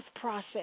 process